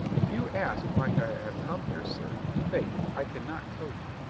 if you ask why i have come here, sir, faith, i can not tell you,